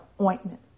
ointment